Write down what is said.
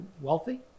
wealthy